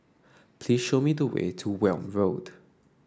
please show me the way to Welm Road